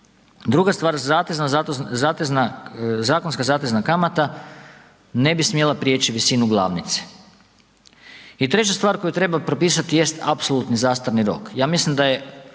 Druga stvar, zatezna, zakonska zatezna kamate ne bi smjela priječi visinu glavnice. I treća stvar koju propisati jest apsolutni zastarni rok, ja mislim da je